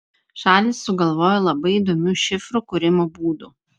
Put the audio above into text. šalys sugalvojo labai įdomių šifrų kūrimo būdų